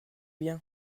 bien